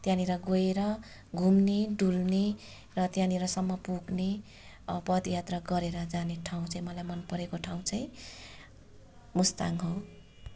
त्यहाँनेर गएर घुम्ने डुल्ने र त्यहाँनेरसम्म पुग्ने पदयात्रा गरेर जाने ठाउँ चाहिँ मलाई मन परेको ठाउँ चाहिँ मुस्ताङ हो